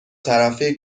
طرفه